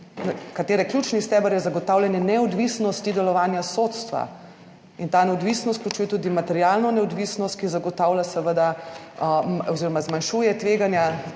katere ključni steber je zagotavljanje neodvisnosti delovanja sodstva. Ta neodvisnost vključuje tudi materialno neodvisnost, ki seveda zmanjšuje tveganja,